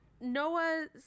Noah